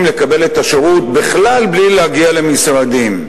לקבל את השירות בלי להגיע בכלל למשרדים.